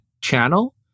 channel